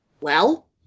Well